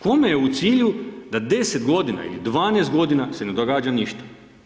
Kome je u cilju da 10 godina ili 12 godina se ne događa ništa.